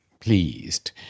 pleased